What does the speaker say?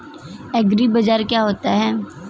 एग्रीबाजार क्या होता है?